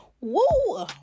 Woo